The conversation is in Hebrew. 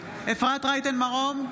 אפרת רייטן מרום,